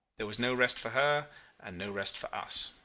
there was no rest for her and no rest for us.